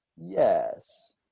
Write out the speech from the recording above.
Yes